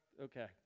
okay